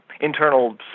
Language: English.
internal